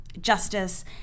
justice